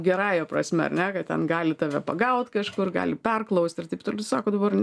gerąja prasme ar ne kad ten gali tave pagaut kažkur gali perklaust ir taip toliau sako dabar